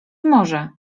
może